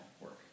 work